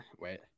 Wait